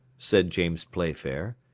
said james playfair,